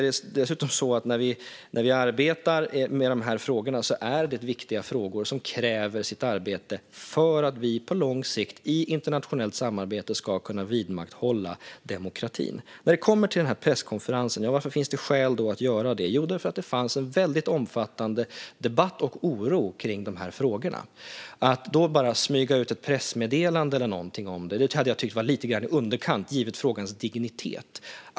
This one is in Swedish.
Detta är viktiga frågor som kräver sitt arbete för att vi på lång sikt i internationellt samarbete ska kunna vidmakthålla demokratin. Varför fanns det då skäl till detta med presskonferensen? Jo, det fanns en väldigt omfattande debatt och oro kring dessa frågor. Att då bara smyga ut ett pressmeddelande om det hade varit lite i underkant givet frågans dignitet.